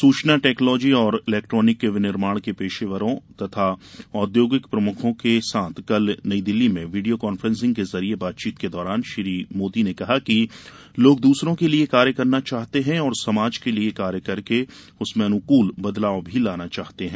सूचना टेक्नॉलाजी और इलेक्ट्रॉनिक विनिर्माण के पेशेवरों तथा औद्योगिक प्रमुखों के साथ कल नई दिल्ली में वीडियो काफ्रेंसिंग के जरिए बातचीत के दौरान श्री मोदी ने कहा कि लोग दूसरों के लिए कार्य करना चाहते हैं और समाज के लिए कार्य करके उसमें अनुकूल बदलाव भी लाना चाहते हैं